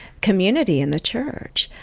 community in the church,